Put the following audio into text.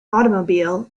automobile